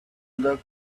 the